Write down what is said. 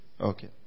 Okay